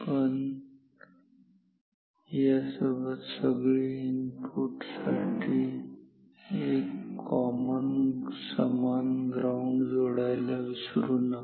पण यासोबतच सगळे इनपुट साठी एक कॉमन समान ग्राउंड जोडायला विसरू नका